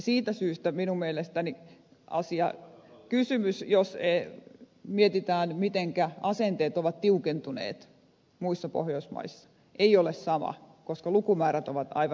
siitä syystä minun mielestäni asia ei ole sama jos mietitään mitenkä asenteet ovat tiukentuneet muissa pohjoismaissa koska lukumäärät ovat aivan toisenlaiset